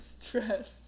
stress